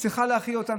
צריכה להאכיל אותם,